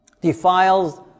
defiles